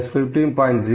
0815